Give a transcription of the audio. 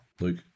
Luke